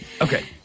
Okay